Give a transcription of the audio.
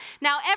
Now